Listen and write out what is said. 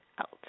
out